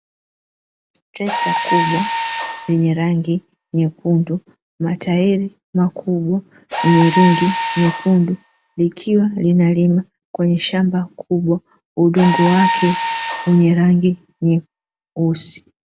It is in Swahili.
Trekta kubwa yenye rngi nyekundu, matairi makubwa yenye ringi nyekundu likiwa linalima kwenye shamba kubwa, udongo wake wenye rangi nyeusi.